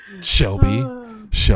Shelby